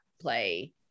play